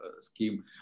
scheme